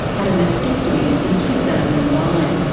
had a mastectomy in two thousand and nine.